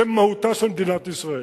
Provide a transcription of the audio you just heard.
זו מהותה של מדינת ישראל.